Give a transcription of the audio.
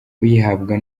uyihabwa